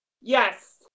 yes